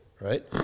Right